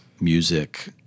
music